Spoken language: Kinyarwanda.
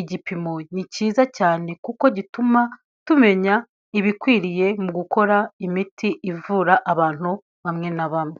Igipimo ni cyiza cyane kuko gituma tumenya ibikwiriye mu gukora imiti ivura abantu bamwe na bamwe.